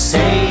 Say